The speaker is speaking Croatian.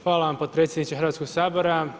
Hvala vam podpredsjedniče Hrvatskog sabora.